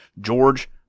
George